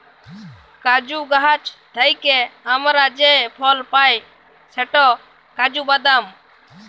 কাজু গাহাচ থ্যাইকে আমরা যে ফল পায় সেট কাজু বাদাম